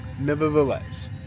Nevertheless